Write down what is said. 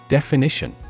Definition